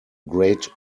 great